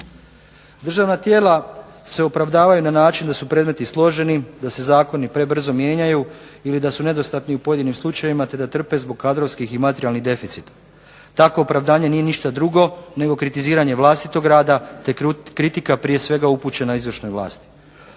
Državna tijela se opravdavaju na način da su predmeti složeni, da se zakoni prebrzo mijenjaju ili da su nedostatni u pojedinim slučajevima te da trpe zbog kadrovskih ili materijalnih deficita. Takvo opravdanje nije ništa drugo nego kritiziranje vlastitog rada, te kritika upućena prije svega izvršnoj vlasti.